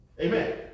Amen